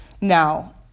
Now